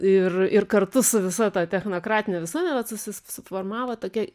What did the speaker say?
ir ir kartu su visa ta technokratine visuomene vat susis suformavo tokie